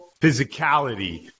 physicality